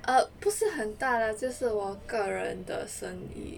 err 不是很大 lah 这是我个人的生意